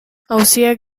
auzia